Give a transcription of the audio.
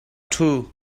ṭhu